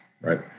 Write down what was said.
right